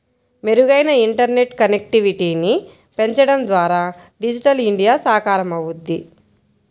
మెరుగైన ఇంటర్నెట్ కనెక్టివిటీని పెంచడం ద్వారా డిజిటల్ ఇండియా సాకారమవుద్ది